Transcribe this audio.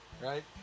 Right